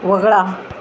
वगळा